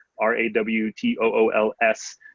r-a-w-t-o-o-l-s